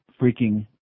freaking